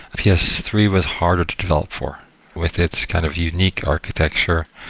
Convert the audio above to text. p s three was harder to develop for with its kind of unique architecture.